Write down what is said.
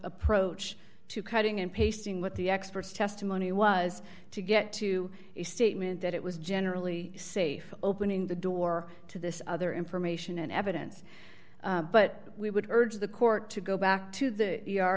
approach to cutting and pasting what the experts testimony was to get to a statement that it was generally safe opening the door to this other information and evidence but we would urge the court to go back to the